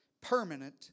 permanent